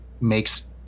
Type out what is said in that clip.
makes